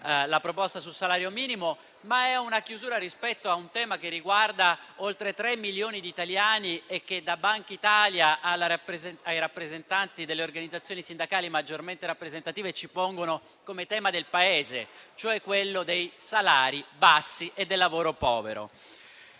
la proposta sul salario minimo, ma anche rispetto a un tema che riguarda oltre tre milioni di italiani e che da Bankitalia alle organizzazioni sindacali maggiormente rappresentative ci viene posto come rilevante per il Paese, cioè quello dei salari bassi e del lavoro povero.